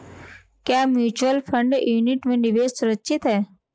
क्या mutual fund unit में निवेश सुरक्षित है?